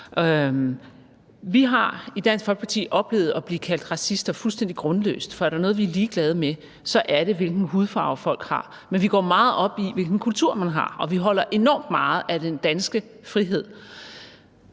Vi har i Dansk Folkeparti oplevet at blive kaldt racister fuldstændig grundløst, for er der er noget, vi er ligeglade med, så er det, hvilken hudfarve folk har, men vi går meget op i, hvilken kultur man har, og vi holder enormt meget af den danske frihed.